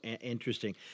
interesting